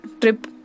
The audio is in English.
trip